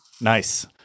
Nice